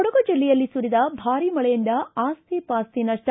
ಕೊಡಗು ಜಿಲ್ಲೆಯಲ್ಲಿ ಸುರಿದ ಭಾರಿ ಮಳೆಯಿಂದ ಆಸ್ತಿ ಪಾಸ್ತಿ ನಷ್ಟ